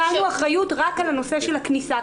נתנו אחריות רק על הנושא של הכניסה,